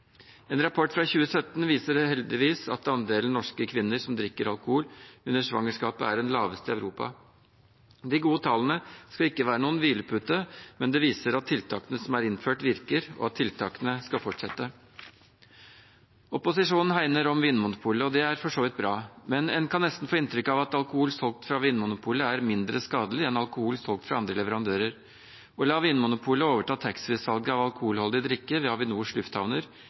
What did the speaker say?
En rapport fra 2017 viser heldigvis at andelen norske kvinner som drikker alkohol under svangerskapet, er den laveste i Europa. De gode tallene skal ikke være noen hvilepute, men det viser at tiltakene som er innført, virker, og at tiltakene skal fortsette. Opposisjonen hegner om Vinmonopolet, og det er for så vidt bra. Men en kan nesten få inntrykk av at alkohol solgt fra Vinmonopolet er mindre skadelig enn alkohol solgt fra andre leverandører. Å la Vinmonopolet overta taxfree-salget av alkoholholdig drikke ved Avinors lufthavner